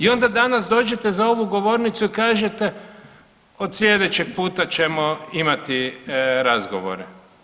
I onda danas dođete za ovu govornicu i kažete od sljedećeg puta ćemo imati razgovore.